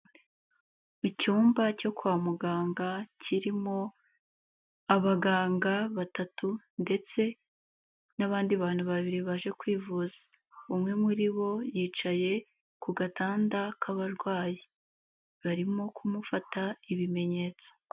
Icyumba cyo kwa muganga kirimo abaganga batatu ndetse n'abandi bantu babiri baje kwivuza. Umwe muri bo yicaye ku gatanda k'abarwayi. Barimo kumufata ibimenyetso.